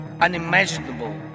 unimaginable